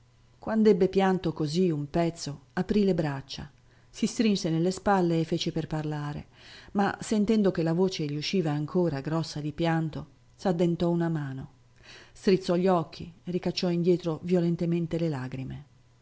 petto quand'ebbe pianto così un pezzo aprì le braccia si strinse nelle spalle e fece per parlare ma sentendo che la voce gli usciva ancora grossa di pianto s'addentò una mano strizzò gli occhi ricacciò indietro violentemente le lagrime